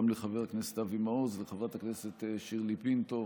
גם לחבר הכנסת אבי מעוז ולחברת הכנסת שירלי פינטו,